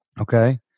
Okay